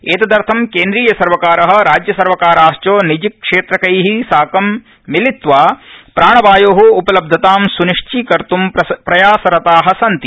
एतदर्थ केन्द्रीय सर्वकारः राज्यसर्वकाराश्च निजीक्षेत्रक्ष साकं मिलित्वा प्राणवायोः उपलब्धतां सुनिश्चीकर्त्र प्रयासरताः सन्ति